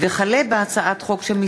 רוברט אילטוב, אביגדור